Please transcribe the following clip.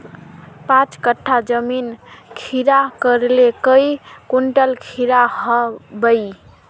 पाँच कट्ठा जमीन खीरा करले काई कुंटल खीरा हाँ बई?